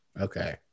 Okay